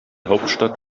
hauptstadt